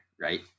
right